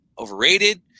overrated